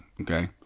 Okay